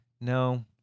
No